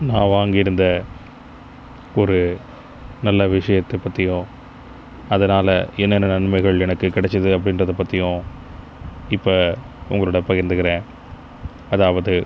நான் வாங்கியிருந்த ஒரு நல்ல விஷயத்தை பற்றியும் அதனால் என்னென்ன நன்மைகள் எனக்கு கெடைச்சிது அப்டின்றதை பற்றியும் இப்போ உங்களோடு பகிர்ந்துக்கிறேன் அதாவது